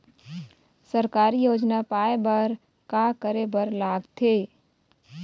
सरकारी योजना पाए बर का करे बर लागथे?